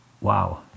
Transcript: wow